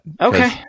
Okay